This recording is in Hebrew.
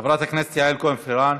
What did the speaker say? חברת הכנסת יעל כהן-פארן,